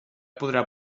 podrà